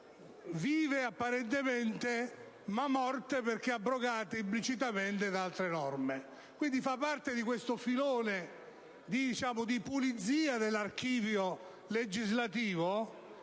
vive ma in realtà morte, perché abrogate implicitamente da altre norme; quindi, esso fa parte di questo filone di pulizia dell'archivio legislativo